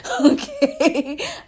Okay